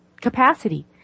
capacity